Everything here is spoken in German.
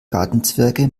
gartenzwerge